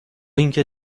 اینکه